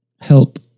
help